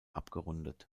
abgerundet